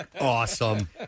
awesome